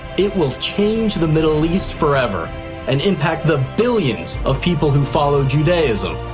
it will change the middle east forever and impact the billions of people who follow judaism,